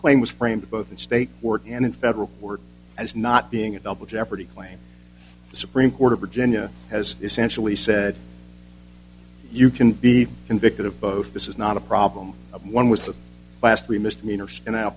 claim was framed both in state court and in federal court as not being a double jeopardy claim the supreme court of virginia has essentially said you can be convicted of both this is not a problem of one was the last three misdemeanors and i